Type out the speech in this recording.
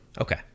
Okay